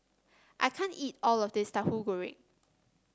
I can't eat all of this Tahu Goreng